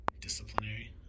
Disciplinary